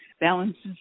Balances